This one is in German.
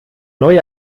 neue